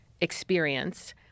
experience